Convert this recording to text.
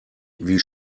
wie